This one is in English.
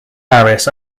harris